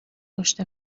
پشت